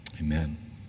Amen